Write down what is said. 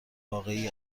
واقعی